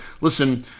listen